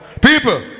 People